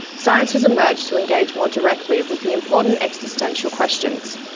science has emerged to engage more directly with the important existential questions.